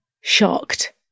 shocked